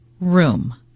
room